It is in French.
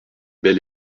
bel